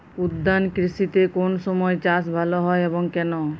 উদ্যান কৃষিতে কোন সময় চাষ ভালো হয় এবং কেনো?